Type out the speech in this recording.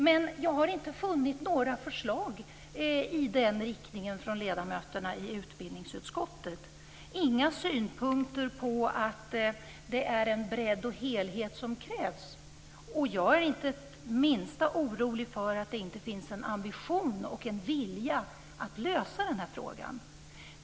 Men jag har inte funnit några förslag i den riktningen från ledamöterna i utbildningsutskottet, inga synpunkter på att det är en bredd och helhet som krävs. Jag är inte det minsta orolig för att det inte finns en ambition och en vilja att lösa den här frågan.